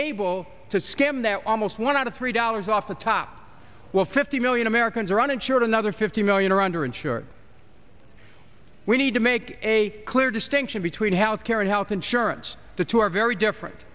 able to skim that almost one out of three dollars off the top well fifty million americans are uninsured another fifty million or under insured we need to make a clear distinction between health care and health insurance the two are very different